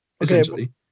essentially